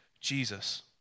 Jesus